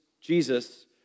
Jesus